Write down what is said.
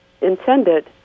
intended